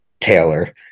taylor